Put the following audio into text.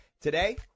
Today